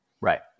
Right